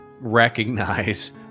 recognize